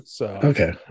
okay